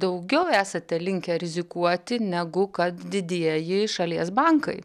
daugiau esate linkę rizikuoti negu kad didieji šalies bankai